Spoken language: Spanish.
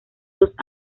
dos